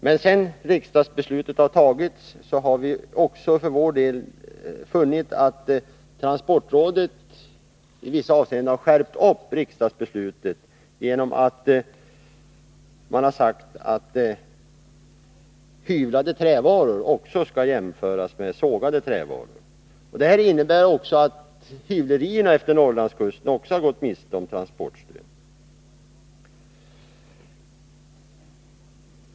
Men sedan riksdagsbeslutet fattades har vi funnit att transportrådet i vissa avseenden har skärpt riksdagens beslut genom att man har sagt att hyvlade trävaror skall jämställas med sågade trävaror. Det innebär att hyvlerierna efter Norrlandskusten har gått miste om transportstöd.